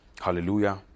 hallelujah